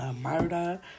murder